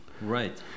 right